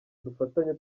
dufatanye